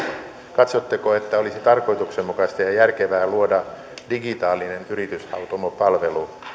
katsotteko että olisi tarkoituksenmukaista ja ja järkevää luoda digitaalinen yrityshautomopalvelu